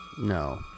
No